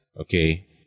Okay